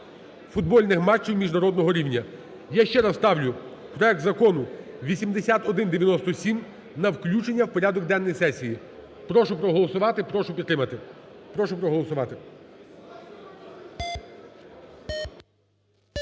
футбольних матчів міжнародного рівня. Я ще раз ставлю проект Закону 8197 на включення в порядок денний сесії. Прошу проголосувати, прошу підтримати. Прошу проголосувати.